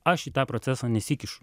aš į tą procesą nesikišu